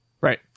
right